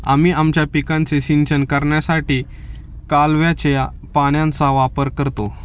आम्ही आमच्या पिकांचे सिंचन करण्यासाठी कालव्याच्या पाण्याचा वापर करतो